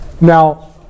Now